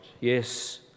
Yes